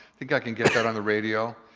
think i can get that on the radio.